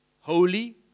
Holy